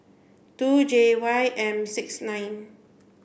two J Y M six nine